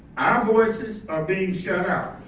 voices are being shut out.